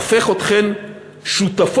הופך אתכן שותפות